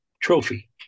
trophy